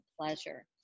pleasure